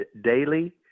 daily